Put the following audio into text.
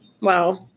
Wow